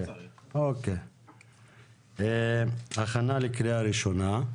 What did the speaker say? התשפ"ב-2021, הכנה לקריאה ראשונה.